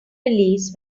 release